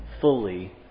fully